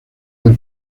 del